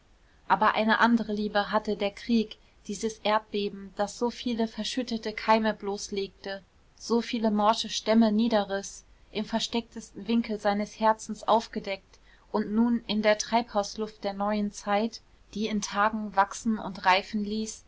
aber eine andere liebe hatte der krieg dieses erdbeben das so viele verschüttete keime bloßlegte so viele morsche stämme niederriß im verstecktesten winkel seines herzens aufgedeckt und nun in der treibhausluft der neuen zeit die in tagen wachsen und reifen ließ